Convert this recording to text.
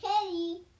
Teddy